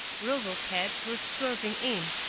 robotcabs were swerving in,